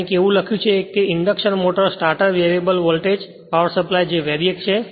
કંઈક એવું લખ્યું છે કે induction motor starter variable voltage power supply જે VARIAC છે